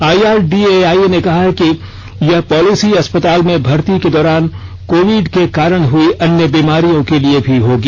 IRDAI ने कहा है कि यह पॉलिसी अस्पताल में भर्ती के दौरान कोविड के कारण हुई अन्य बीमारियों के लिए भी होगी